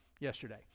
yesterday